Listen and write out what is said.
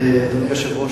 אדוני היושב-ראש,